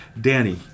Danny